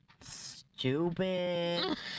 stupid